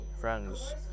Friends